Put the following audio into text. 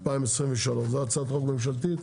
זו הצעת חוק ממשלתית.